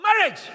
marriage